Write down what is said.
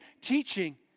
teaching